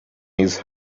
his